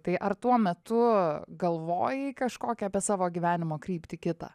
tai ar tuo metu galvojai kažkokią apie savo gyvenimo kryptį kitą